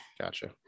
Gotcha